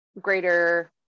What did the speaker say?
greater